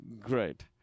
Great